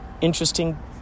interesting